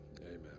Amen